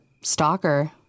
stalker